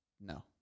no